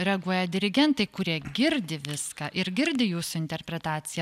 reaguoja dirigentai kurie girdi viską ir girdi jūsų interpretaciją